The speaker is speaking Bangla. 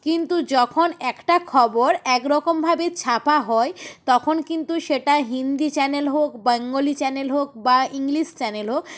কিন্তু যখন একটা খবর একরকমভাবে ছাপা হয় তখন কিন্তু সেটা হিন্দি চ্যানেল হোক বেঙ্গলি চ্যানেল হোক বা ইংলিশ চ্যানেল হোক